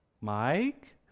Mike